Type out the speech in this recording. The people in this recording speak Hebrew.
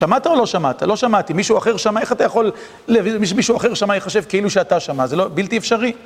שמעת או לא שמעת? לא שמעתי. מישהו אחר שמע, איך אתה יכול... מישהו אחר שמע, יחשב, כאילו שאתה שמעת. זה בלתי אפשרי.